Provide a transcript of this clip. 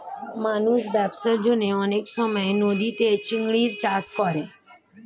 মানুষ ব্যবসার জন্যে অনেক সময় নদীতে চিংড়ির চাষ করে